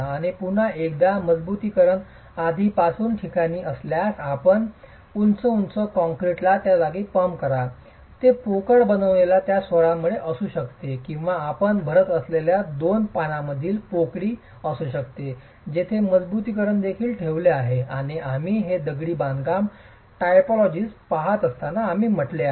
आणि पुन्हा एकदा मजबुतीकरण आधीपासूनच ठिकाणी आल्यास आपण उंच उंच कंक्रीटला त्या जागी पंप करा ते पोकळ बनवलेल्या या स्वरांमध्ये असू शकते किंवा आपण भरत असलेल्या दोन पानांमधील पोकळी असू शकते जेथे मजबुतीकरण देखील ठेवले आहे आणि हे आम्ही दगडी बांधकाम टायपोलॉजीज पहात असताना आम्ही पाहिले आहे